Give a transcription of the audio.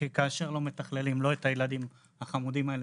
כי כאשר לא מתכללים לא את הילדים החמודים האלה